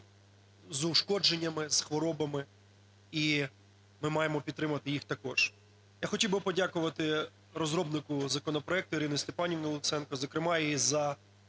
з ушкодженнями, з хворобами, і ми маємо підтримати їх також. Я хотів би подякувати розробнику законопроекту Ірину Степанівну Луценко, зокрема, і за